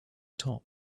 top